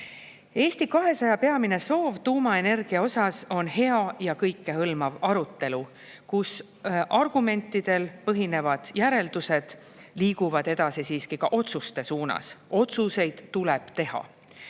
Eesti 200 peamine soov tuumaenergia osas on hea ja kõikehõlmav arutelu, kus argumentidel põhinevate järelduste juurest liigutakse siiski edasi otsuste suunas. Otsuseid tuleb teha.